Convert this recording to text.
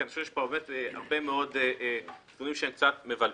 כי אני חושב שיש פה הרבה מאוד נתונים שהם קצת מבלבלים.